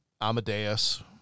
Amadeus